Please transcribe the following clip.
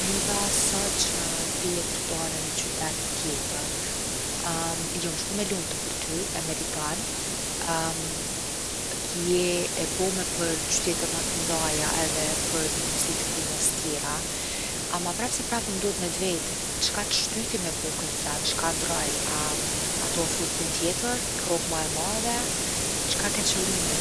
Niva sot që ti je tu dal në ni qytet tjetër, jom shumë e lumtun për ty, e meriton. Ti je e bome për qytete ma t’mdhaja edhe për mundsi t’punës tjera ama prap se prap m’duhet me t’vet, çka t’shtyjti me bo kët sen? çka ndrroj? A tu ofru punë tjetër? Rrogë ma e madhe? çka ke qëllimi?